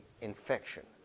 infection